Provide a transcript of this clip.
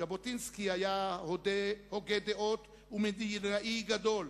ז'בוטינסקי היה הוגה דעות ומדינאי גדול,